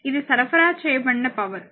ఇది సరఫరా చేయబడిన పవర్